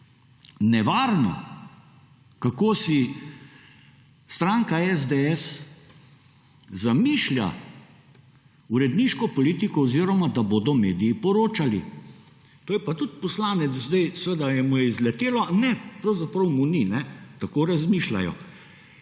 nevarno, kako si stranka SDS zamišlja uredniško politiko oziroma da bodo mediji poročali. To je pa tudi poslanec, seveda mu je izletelo - ne, pravzaprav mu ni, tako razmišljajo.